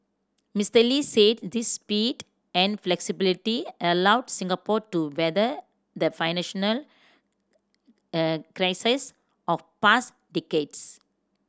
Mister Lee said this speed and flexibility allowed Singapore to weather the financial crises of past decades